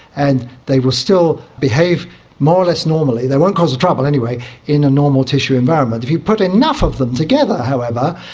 and they will still behave more or less normally, they won't cause trouble anyway in a normal tissue environment. if you put enough of them together, however,